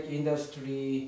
industry